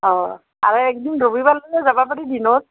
অঁ আৰু একদিন ৰবিবাৰ হ'লে যাব পাৰি দিনত